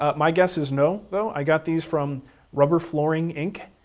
ah my guess is no though. i got these from rubber flooring inc.